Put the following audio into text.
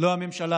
לא עשתה הממשלה,